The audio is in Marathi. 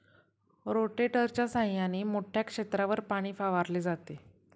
रोटेटरच्या सहाय्याने मोठ्या क्षेत्रावर पाणी फवारले जाते